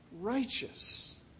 righteous